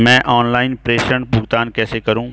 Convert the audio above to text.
मैं ऑनलाइन प्रेषण भुगतान कैसे करूँ?